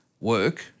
work